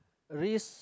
risk